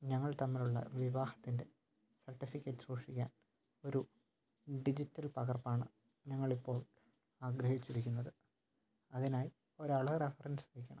ഞങ്ങൾ തമ്മിലുള്ള വിവാഹത്തിന്റെ സർട്ടിഫിക്കറ്റ് സൂക്ഷിക്കാൻ ഒരു ഡിജിറ്റൽ പകർപ്പാണ് ഞങ്ങൾ ഇപ്പോൾ ആഗ്രഹിച്ചിരിക്കുന്നത് അതിനായി ഒരാളെ റെഫറെൻസ് വയ്ക്കണം